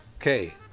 Okay